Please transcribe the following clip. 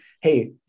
Hey